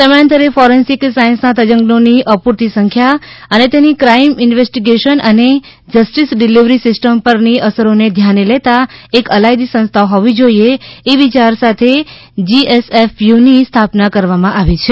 સમયાંતરે ફોરેન્સિક સાયન્સનાં તજજ્ઞોની અપૂરતી સંખ્યા અને તેની ક્રાઈમ ઇન્વેસ્ટીગેશન અને જસ્ટીસ ડીલીવરી સીસ્ટમ પરની અસરોને ધ્યાને લેતા એક અલાયદી સંસ્થા હોવી જોઈએ એ વિચાર સાથે જીએફએસયુની સ્થાપના કરવામાં આવી છે